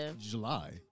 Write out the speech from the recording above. July